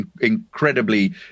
incredibly